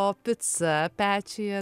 o pica pečiuje